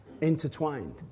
Intertwined